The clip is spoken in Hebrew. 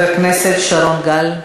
מטעם ישראל ביתנו, חבר הכנסת שרון גל.